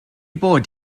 bod